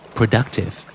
Productive